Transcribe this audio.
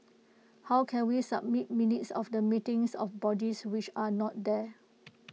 how can we submit minutes of the meetings of bodies which are not there